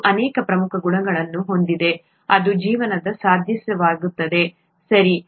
ನೀರು ಅನೇಕ ಪ್ರಮುಖ ಗುಣಗಳನ್ನು ಹೊಂದಿದೆ ಅದು ಜೀವನವನ್ನು ಸಾಧ್ಯವಾಗಿಸುತ್ತದೆ ಸರಿ